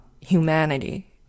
humanity